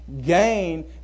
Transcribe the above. gain